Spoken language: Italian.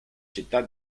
città